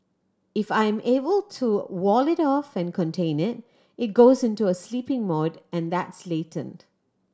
if I am able to wall it off and contain it it goes into a sleeping mode and that's latent